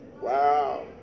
Wow